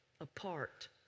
apart